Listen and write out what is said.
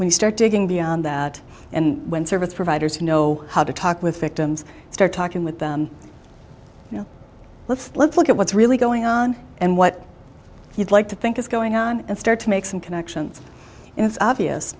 when you start digging beyond that and when service providers who know how to talk with victims start talking with them you know let's let's look at what's really going on and what you'd like to think is going on and start to make some connections and it's obvious